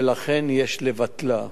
ולכן יש לבטלה.